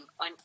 on